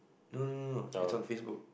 no no no no it's on Facebook